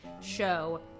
show